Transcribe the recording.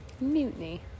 Mutiny